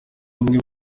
bamwe